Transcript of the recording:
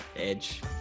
Edge